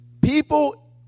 people